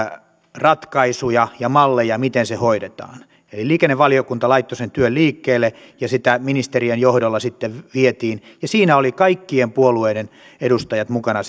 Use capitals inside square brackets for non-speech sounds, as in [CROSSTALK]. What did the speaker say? ratkaisuja ja malleja miten se hoidetaan eli liikennevaliokunta laittoi sen työn liikkeelle ja sitä ministerien johdolla sitten vietiin ja siinä työssä olivat kaikkien puolueiden edustajat mukana [UNINTELLIGIBLE]